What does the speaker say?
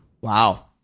Wow